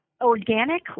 organic